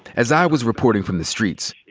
as i was reporting from the streets,